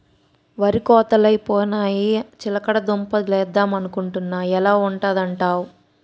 వరి కోతలై పోయాయని చిలకడ దుంప లేద్దమనుకొంటున్నా ఎలా ఉంటదంటావ్?